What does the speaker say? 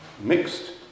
mixed